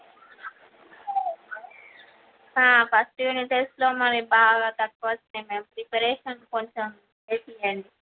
first unit టెస్ట్లో మరి బాగా తక్కువ వచ్చాయి మేడం ప్రిపరేషన్ కొంచెం చేయించండి